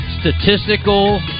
statistical